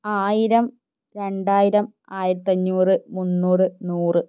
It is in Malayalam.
ആയിരം രണ്ടായിരം ആയിരത്തി അഞ്ഞൂറ് മുന്നൂറ് നൂറ്